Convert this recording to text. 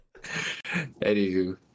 Anywho